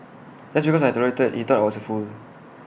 just because I tolerated he thought I was A fool